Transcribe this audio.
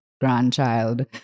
grandchild